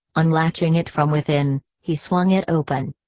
unlatching it from within, he swung it open.